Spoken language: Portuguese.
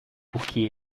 porque